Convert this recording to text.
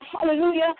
hallelujah